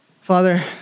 Father